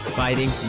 fighting